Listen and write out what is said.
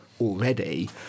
already